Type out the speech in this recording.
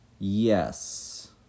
Yes